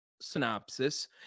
synopsis